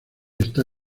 está